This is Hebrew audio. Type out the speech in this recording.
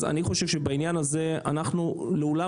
אז אני חושב שבעניין הזה אנחנו לעולם